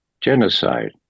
genocide